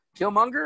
Killmonger